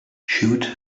shoot